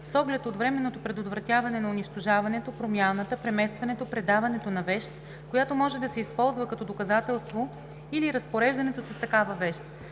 с оглед на временното предотвратяване на унищожаването, промяната, преместването, предаването на вещ, която може да се използва като доказателство, или разпореждането с такава вещ.